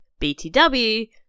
BTW